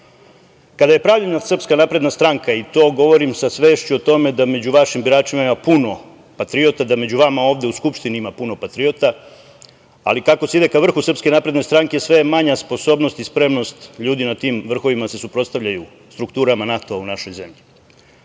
je pravljena Srpska napredna stranka, i to govorim sa svešću o tome da među vašim biračima ima puno patriota, da među vama ovde u Skupštini ima puno patriota, ali kako se ide ka vrhu SNS sve je manja sposobnost i spremnost ljudi na tim vrhovima da se suprotstavljaju strukturama NATO-a u našoj zemlji.